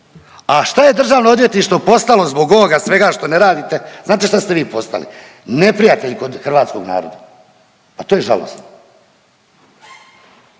A šta je državno odvjetništvo postalo zbog ovoga svega što ne radite znate šta ste vi postali? Neprijatelj kod hrvatskog naroda. Pa to je žalosno,